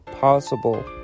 possible